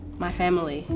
my family,